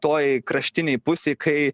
toj kraštinėj pusėj kai